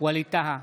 ווליד טאהא,